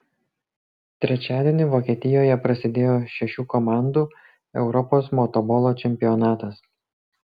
trečiadienį vokietijoje prasidėjo šešių komandų europos motobolo čempionatas